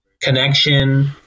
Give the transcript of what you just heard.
Connection